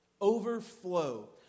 Overflow